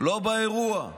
לא באירוע,